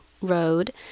Road